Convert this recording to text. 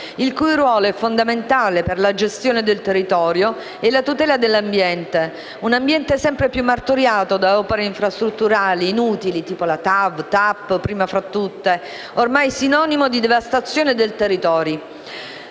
il cui ruolo è fondamentale per la gestione del territorio e la tutela dell'ambiente, sempre più martoriato da opere infrastrutturali inutili (TAV e TAP prima tra tutte), ormai sinonimo di devastazione del territorio.